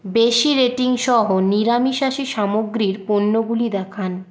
বেশি রেটিং সহ নিরামিষাশী সামগ্রী এর পণ্যগুলো দেখান